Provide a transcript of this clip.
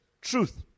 truth